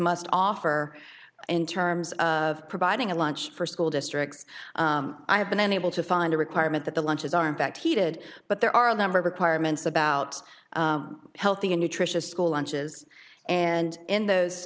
must offer in terms of providing a lunch for school districts i have been unable to find a requirement that the lunches are in fact heated but there are a number of requirements about healthy and nutritious school lunches and in those